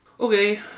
Okay